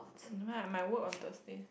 never mind ah my work on Thursday